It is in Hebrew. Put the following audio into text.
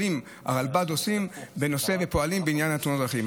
שהרלב"ד עושים בנושא ופועלים בעניין תאונות הדרכים.